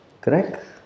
Correct